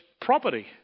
property